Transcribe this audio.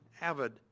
avid